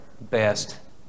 best